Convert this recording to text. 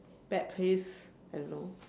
bad place I don't know